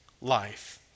life